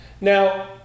now